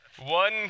One